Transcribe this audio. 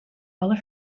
alle